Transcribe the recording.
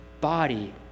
body